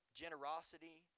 generosity